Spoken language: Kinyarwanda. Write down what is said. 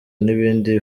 n’ibindi